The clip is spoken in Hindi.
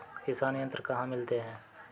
किसान यंत्र कहाँ मिलते हैं?